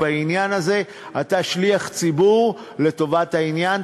בעניין הזה אתה שליח ציבור לטובת העניין.